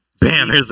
bam